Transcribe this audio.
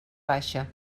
baixa